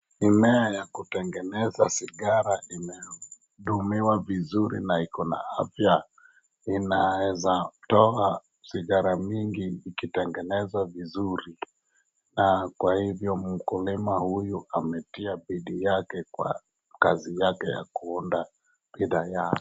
Mimea ya kutengeneza sigara imetumiwa vizuri na iko na afya. Inaweza toa sigara mingi ikitengenezwa vizuri, na kwa hivyo mkulima huyu ametia bidii yake kwa kazi yake ya kuunda bidhaa yake.